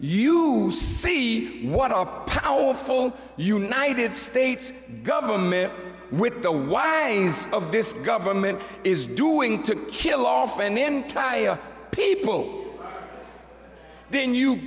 you see what our powerful united states government with the wife of this government is doing to kill off an entire people then you